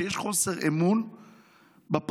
שיש חוסר אמון בפרקליטות.